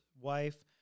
wife